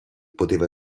poteva